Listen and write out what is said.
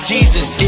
Jesus